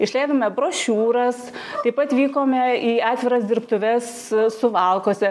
išleidome brošiūras raip pat vykome į atviras dirbtuves suvalkuose